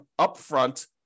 upfront